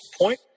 point